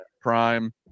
Prime